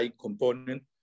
component